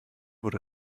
wurde